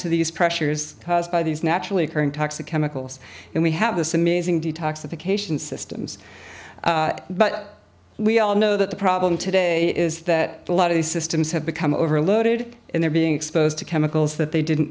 to these pressures caused by these naturally occurring toxic chemicals and we have this amazing detoxification systems but we all know that the problem today is that a lot of these systems have become overloaded and they're being exposed to chemicals that they didn't